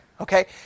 okay